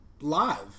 live